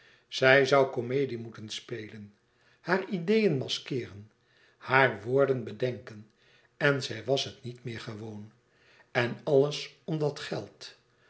zij zoû comedie moeten spelen hare ideeën maskeeren hare woorden bedenken en zij was het niet meer gewoon en alles om dat geld